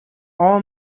all